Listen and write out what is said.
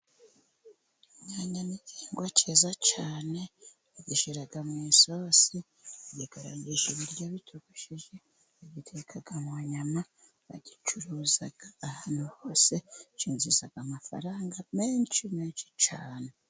Inyanya ni igihingwa cyiza cyane, bagishyira mu isosi, bagikarangisha ibiryo bitogoshejeje, bagikekera mu nyama, bagicuruza ahantu hose kinjiza amafaranga menshi menshi cyane.